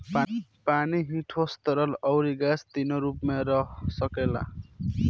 पानी ही ठोस, तरल, अउरी गैस तीनो रूप में रह सकेला